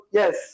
yes